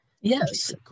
Yes